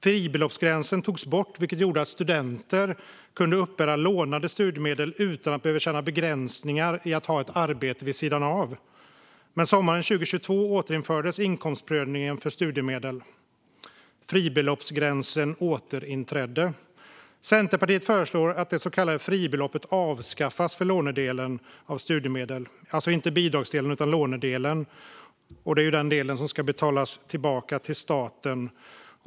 Fribeloppsgränsen togs bort, vilket gjorde att studenter kunde uppbära lånade studiemedel utan att behöva känna begränsningar när det gällde att ha ett arbete vid sidan av studierna. Men sommaren 2022 återinfördes inkomstprövningen för studiemedel, och fribeloppsgränsen återinträdde. Centerpartiet föreslår att det så kallade fribeloppet ska avskaffas för lånedelen av studiemedel. Det gäller alltså inte bidragsdelen utan den del som ska betalas tillbaka till staten.